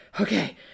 okay